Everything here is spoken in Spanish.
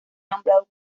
nombrado